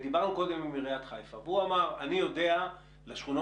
עיריית חיפה והוא אמר: אני יודע לשכונות